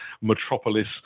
metropolis